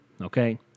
Okay